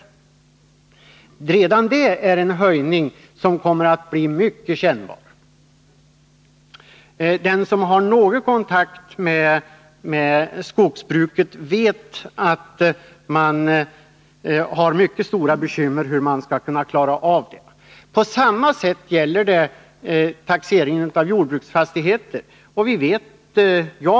Redan den höjningen kommer att bli mycket kännbar. Den som har någon kontakt med skogsbrukare känner till att dessa har mycket stora bekymmer. De vet inte hur de skall klara av allt detta. På samma sätt förhåller det sig när det gäller taxeringen av jordbruksfastigheter.